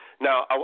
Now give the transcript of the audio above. Now